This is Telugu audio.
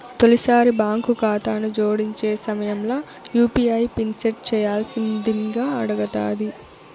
తొలిసారి బాంకు కాతాను జోడించే సమయంల యూ.పీ.ఐ పిన్ సెట్ చేయ్యాల్సిందింగా అడగతాది